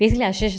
basically ashey